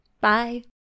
Bye